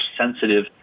sensitive